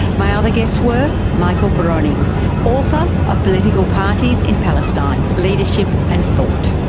my other guests were michael broning author of political parties in palestine leadership and thought,